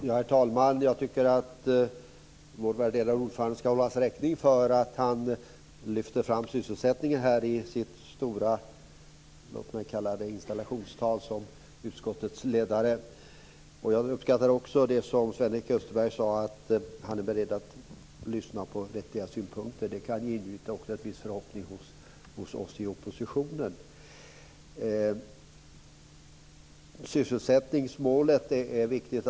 Herr talman! Jag tycker att vår värderade ordförande ska hållas räkning för att han lyfter fram sysselsättningen här i sitt stora, låt mig kalla det installationstal som utskottets ledare. Jag uppskattar också det som Sven-Erik Österberg sade om att han är beredd att lyssna på vettiga synpunkter. Det kan ju ingjuta en viss förhoppning hos oss i oppositionen. Sysselsättningsmålet är viktigt.